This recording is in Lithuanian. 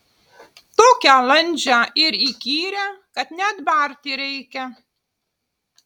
tokią landžią ir įkyrią kad net barti reikia